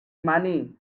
money